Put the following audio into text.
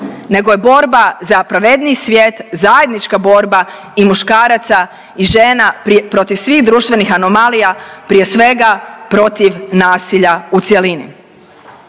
nego je borba za pravedniji svijet, zajednička borba i muškaraca i žena protiv svih društvenih anomalija, prije svega, protiv nasilja u cjelini.